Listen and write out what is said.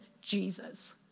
Jesus